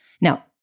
Now